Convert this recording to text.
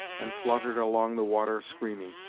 and fluttered along the water screaming,